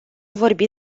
vorbit